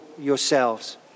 yourselves